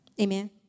Amen